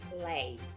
play